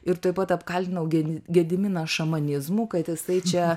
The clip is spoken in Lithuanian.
ir tuoj pat apkaltinau ge gediminą šamanizmu kad jisai čia